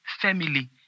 family